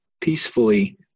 peacefully